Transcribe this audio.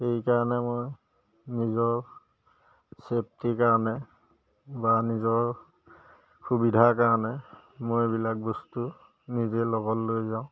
সেইকাৰণে মই নিজৰ ছেফটিৰ কাৰণে বা নিজৰ সুবিধাৰ কাৰণে মই এইবিলাক বস্তু নিজে লগত লৈ যাওঁ